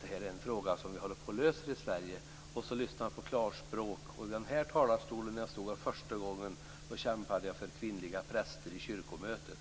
Det här är ju en fråga som vi kanske tycker att vi håller på att lösa i Sverige. Så lyssnar jag på Klarspråk. Första gången jag stod i den här talarstolen kämpade jag för kvinnliga präster på kyrkomötet.